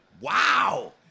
Wow